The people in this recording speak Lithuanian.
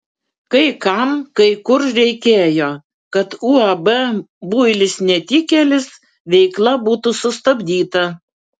kai kam kai kur reikėjo kad uab builis netikėlis veikla būtų sustabdyta